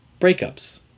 breakups